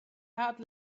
had